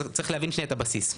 צריך להבין את הבסיס.